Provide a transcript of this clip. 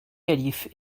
calife